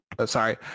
Sorry